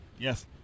Yes